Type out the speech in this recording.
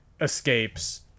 escapes